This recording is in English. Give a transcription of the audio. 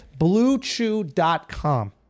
BlueChew.com